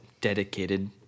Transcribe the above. dedicated